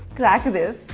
crack this.